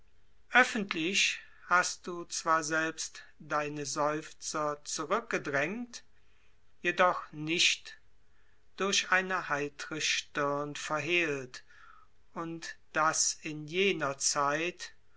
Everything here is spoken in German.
öffentlich hast du zwar selbst deine seufzer zurückgedrängt jedoch nicht durch eine heitre stirn verhehlt und das in jener zeit